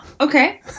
Okay